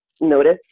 notice